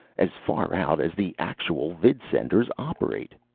as far out as the actual vidsenders operate.